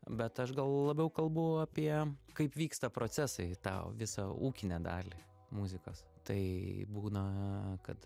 bet aš gal labiau kalbu apie kaip vyksta procesai tą visą ūkinę dalį muzikos tai būna kad